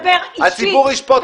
הציבור ישפוט אותך.